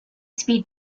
speed